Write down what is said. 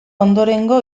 ondorengo